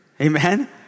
Amen